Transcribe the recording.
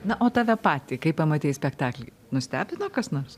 na o tave patį kai pamatei spektaklį nustebino kas nors